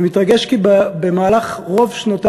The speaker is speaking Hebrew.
אני מתרגש, כי במהלך רוב שנותי